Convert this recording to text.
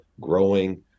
growing